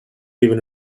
even